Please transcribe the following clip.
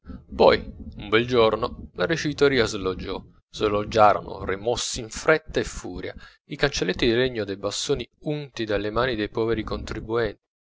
poi un bel giorno la ricevitoria sloggiò sloggiarono rimossi in fretta e furia i cancelletti di legno dai bastoni unti dalle mani dei poveri contribuenti